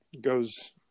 goes